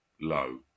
low